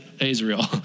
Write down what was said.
Israel